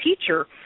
teacher